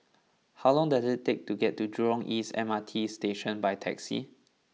how long does it take to get to Jurong East M R T Station by taxi